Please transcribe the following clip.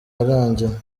yarangiye